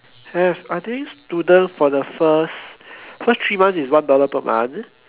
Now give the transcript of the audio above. have I think students for the first first three months is one dollar per month